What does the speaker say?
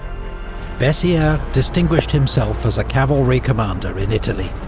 bessieres distinguished himself as a cavalry commander in italy,